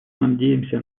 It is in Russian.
надеемся